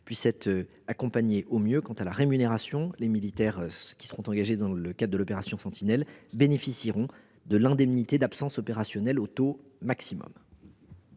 puissent être accompagnés au mieux. En ce qui concerne enfin la rémunération, les militaires qui seront engagés dans le cadre de l’opération Sentinelle bénéficieront à ce titre de l’indemnité d’absence opérationnelle au taux maximum.